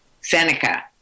Seneca